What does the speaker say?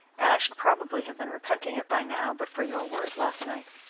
and i should probably have been repenting it by now but for your words last night.